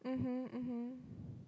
mmhmm mmhmm